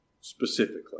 specifically